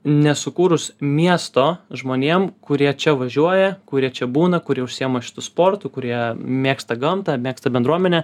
nesukūrus miesto žmonėm kurie čia važiuoja kurie čia būna kurie užsiima šitu sportu kurie mėgsta gamtą mėgsta bendruomenę